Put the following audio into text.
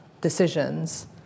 decisions